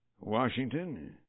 Washington